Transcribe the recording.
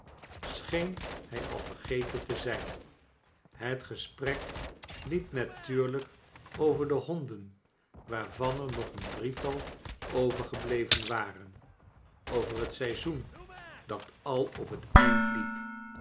scheen hij al vergeteu te zijn het gesprek liep natuurlijk over de honden waarvan er nog een drietal overgebleven waren over het seizoen dat al op het eind liep